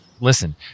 Listen